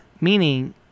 meaning